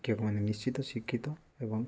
ଶିକ୍ଷକମାନେ ନିଶ୍ଚିତ ଶିକ୍ଷିତ ଏବଂ